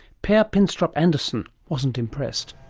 per pinstrup-andersen wasn't impressed.